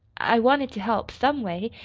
i wanted to help, some way.